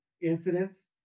incidents